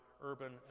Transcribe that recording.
urban